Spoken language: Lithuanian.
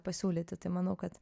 pasiūlyti tai manau kad